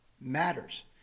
matters